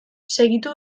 segitu